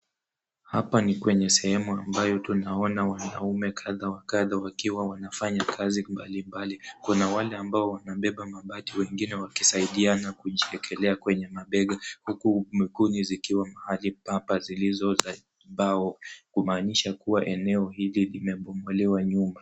Hapa ni kwenye sehemu ambayo tunaona wanaume kadha wa kadha wakiwa wanafanya kazi mbali mbali. Kuna wale ambao wanabeba mabati wengine wakisaidiana kujiekelea kwenye mabega huku miguu vikiwa pahali palizo za mbao kumaanisha kuwa eneo hili limebomolewa nyumba.